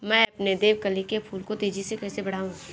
मैं अपने देवकली के फूल को तेजी से कैसे बढाऊं?